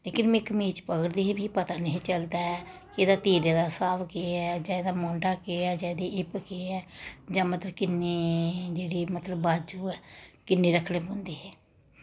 लेकिन में कमीच पकड़दी ही मीं पता निं चलदा ऐ एह्दे तीरे दा हिसाब केह् ऐ जां एह्दा म्हूंडा केह् ऐ जां एह्दी हिप्प केह् ऐ जां मतलव किन्नी जेह्ड़ा मतलव बाजू ऐ रक्नीख पौंदी ऐ